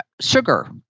Sugar